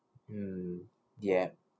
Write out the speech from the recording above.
mm yup